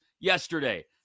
yesterday